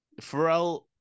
Pharrell